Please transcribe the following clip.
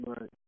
Right